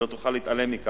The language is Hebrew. היא לא תוכל להתעלם מכך,